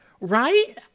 Right